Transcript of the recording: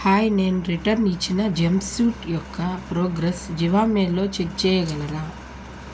hi నేను return ఇచ్చిన jumpsuit యొక్క ప్రోగ్రెస్ జివామేలో చెక్ చెయ్యగలరా